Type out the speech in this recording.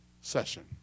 session